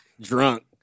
drunk